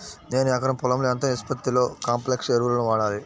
నేను ఎకరం పొలంలో ఎంత నిష్పత్తిలో కాంప్లెక్స్ ఎరువులను వాడాలి?